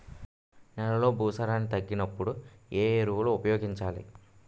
నెలలో భూసారాన్ని తగ్గినప్పుడు, ఏ ఎరువులు ఉపయోగించాలి?